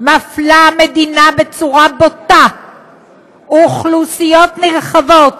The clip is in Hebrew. המדינה מפלה בצורה בוטה אוכלוסיות נרחבות